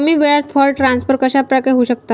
कमी वेळात fund transfer कशाप्रकारे होऊ शकतात?